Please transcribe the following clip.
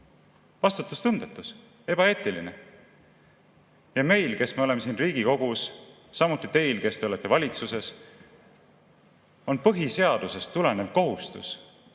vastutustundetu, ebaeetiline. Meil, kes me oleme siin Riigikogus, ja samuti teil, kes te olete valitsuses, on põhiseadusest tulenev kohustus